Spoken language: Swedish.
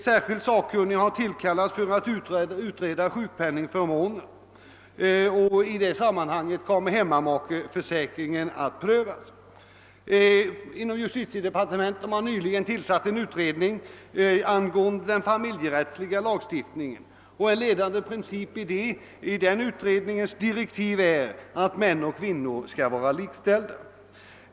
Särskilda sakkunniga har tillkallats för att utreda sjukpenningförmånerna. I det sammanhanget kommer hemmamakeförsäkringen att prövas. Inom justitiedepartementet har det nyligen tillsatts en utredning angående den familjerättsliga lagstiftningen. En ledande princip i utredningens direktiv är att män och kvinnor skall vara likställda.